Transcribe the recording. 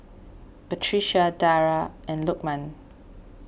Batrisya Dara and Lukman